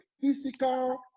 physical